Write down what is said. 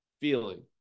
feeling